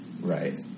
Right